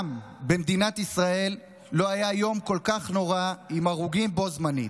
במדינת ישראל מעולם לא היה יום כל כך נורא עם הרוגים בו-זמנית.